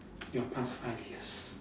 your past five years